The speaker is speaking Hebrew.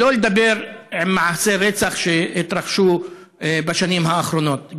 שלא לדבר על מעשי רצח שהתרחשו בשנים האחרונות.